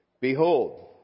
Behold